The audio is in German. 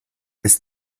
ist